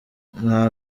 nta